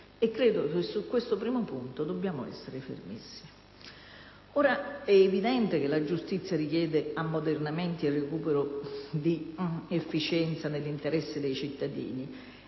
investire. Su questo primo punto credo dobbiamo essere fermissimi. È evidente che la giustizia richiede ammodernamenti e recupero di efficienza nell'interesse dei cittadini